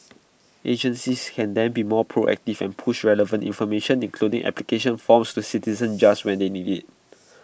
agencies can then be more proactive and push relevant information including application forms to citizens just when they need IT